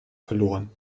verloren